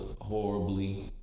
horribly